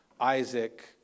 Isaac